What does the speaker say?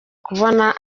kubona